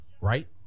Right